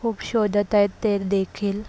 खूप शोधत आहेत ते देखील